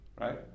right